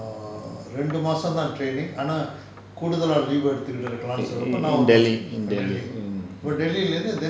in delhi in delhi mm